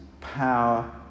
power